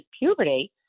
puberty